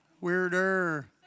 Weirder